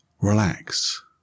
relax